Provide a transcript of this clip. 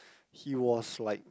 he was like